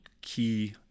key